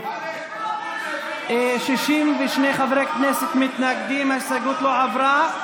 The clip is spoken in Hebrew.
היהודים דורשים זכויות של